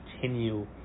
continue